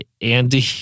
Andy